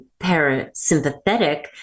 parasympathetic